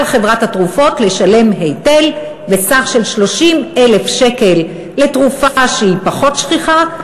על חברת התרופות לשלם היטל בסך של 30,000 לתרופה שהיא פחות שכיחה,